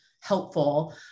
helpful